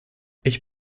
ich